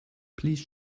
please